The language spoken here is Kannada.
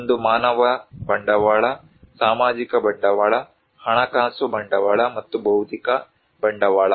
ಒಂದು ಮಾನವ ಬಂಡವಾಳ ಸಾಮಾಜಿಕ ಬಂಡವಾಳ ಹಣಕಾಸು ಬಂಡವಾಳ ಮತ್ತು ಭೌತಿಕ ಬಂಡವಾಳ